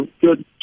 good